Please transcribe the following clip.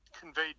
conveyed